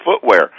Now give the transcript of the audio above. footwear